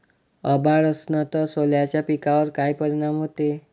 अभाळ असन तं सोल्याच्या पिकावर काय परिनाम व्हते?